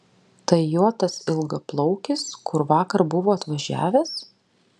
tai jo tas ilgaplaukis kur vakar buvo atvažiavęs